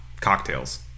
cocktails